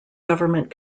government